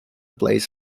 blaze